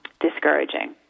discouraging